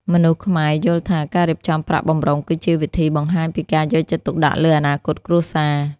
មនុស្សខ្មែរយល់ថា ការរៀបចំប្រាក់បម្រុងគឺជាវិធីបង្ហាញពីការយកចិត្តទុកដាក់លើអនាគតគ្រួសារ។